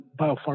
biopharma